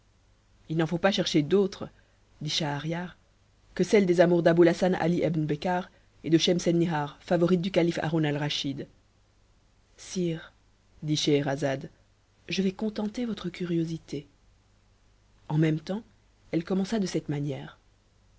h n'en faut pas chercher d'autres dit schahriar que celle des amours d'aboulhassan ali ebn becar et de schemselnihar favorite du calife haroun atrascbid sire dit scheherazade je vais contenter votre curiosité en même temps elle commença le cette mamère